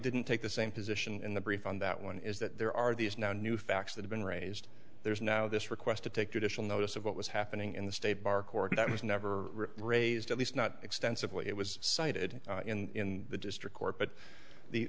didn't take the same position in the brief on that one is that there are these now new facts that have been raised there's now this request to take judicial notice of what was happening in the state bar court that was never raised at least not extensively it was cited in the district court but the